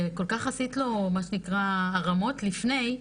וכל כך עשית לו מה שנקרא הרמות לפני.